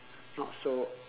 not so